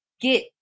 get